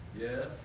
Yes